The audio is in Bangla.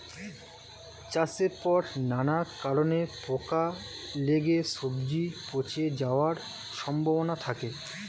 চাষের পর নানা কারণে পোকা লেগে সবজি পচে যাওয়ার সম্ভাবনা থাকে